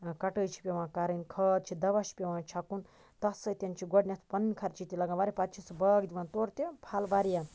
کَٹٲے چھِ پیٚوان کَرٕنۍ خاد چھِ دَوا چھُ پیٚوان چھَکُن تتھ سۭتۍ چھُ گۄڈنیٚتھ پَنُن خَرچہِ تہِ لَگان واریاہ پَتہٕ چھُ سُہ باغ دِوان تورٕ تہِ پھل واریاہ